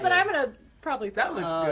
but i'm going to probably that looks